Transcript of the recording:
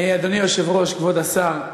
אדוני היושב-ראש, כבוד השר,